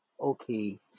Okay